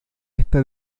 esta